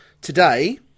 Today